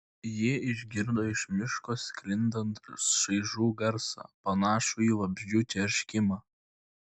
ji išgirdo iš miško sklindant šaižų garsą panašų į vabzdžių čerškimą